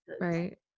Right